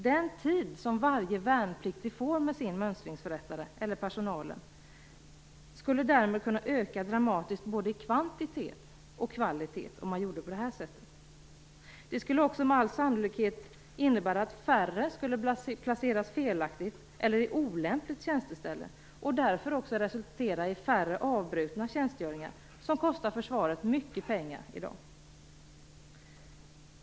Den tid som varje värnpliktig får med mönstringspersonalen skulle kunna öka dramatiskt i både kvantitet och kvalitet om man gjorde på det här sättet. Det skulle också med all sannolikhet innebära att färre skulle placeras felaktigt eller på olämpligt tjänsteställe och därför också resultera i färre avbrutna tjänstgöringar, som kostar försvaret mycket pengar i dag.